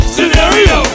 Scenario